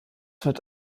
wird